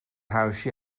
huisje